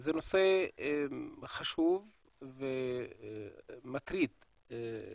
זה נושא חשוב ומטריד את